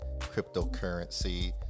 cryptocurrency